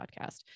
podcast